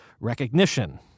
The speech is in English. Recognition